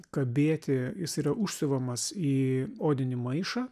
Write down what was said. kabėti jis yra užsiuvamas į odinį maišą